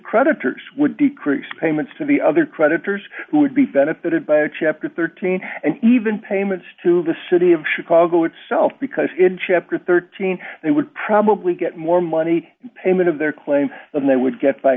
creditors would decrease payments to the other creditors who would be benefited by a chapter thirteen and even payments to the city of chicago itself because in chapter thirteen they would probably get more money payment of their claim than they would get by